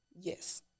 yes